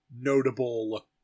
notable